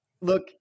look